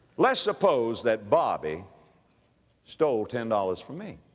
let's suppose that bobby stole ten dollars from me.